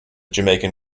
jamaican